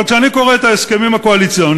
אבל, כשאני קורא את ההסכמים הקואליציוניים,